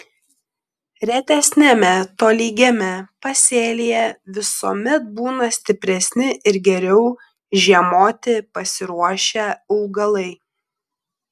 retesniame tolygiame pasėlyje visuomet būna stipresni ir geriau žiemoti pasiruošę augalai